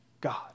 God